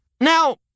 Now